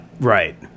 Right